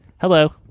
Hello